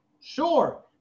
Sure